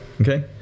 Okay